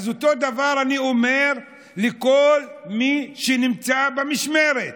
אז אותו דבר אני אומר לכל מי שנמצא במשמרת.